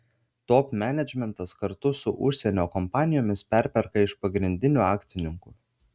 top menedžmentas kartu su užsienio kompanijomis perperka iš pagrindinių akcininkų